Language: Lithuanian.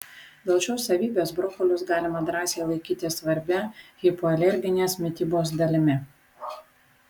dėl šios savybės brokolius galima drąsiai laikyti svarbia hipoalerginės mitybos dalimi